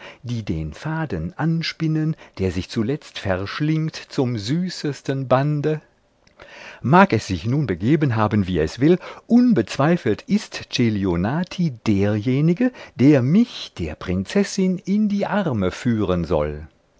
die den faden anspinnen der sich zuletzt verschlingt zum süßesten bande mag es sich nun begeben haben wie es will unbezweifelt ist celionati derjenige der mich der prinzessin in die arme führen soll